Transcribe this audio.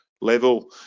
level